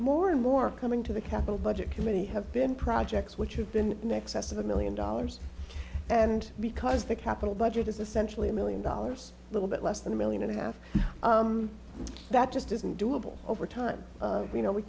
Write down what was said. more and more coming to the capital budget committee have been projects which have been in excess of a million dollars and because the capital budget is essentially a million dollars a little bit less than a million and a half that just isn't doable over time you know we